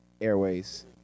airways